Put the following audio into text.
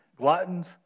gluttons